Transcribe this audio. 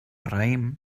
raïm